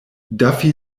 duffy